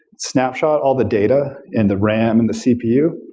snapshot all the data and the ram and the cpu,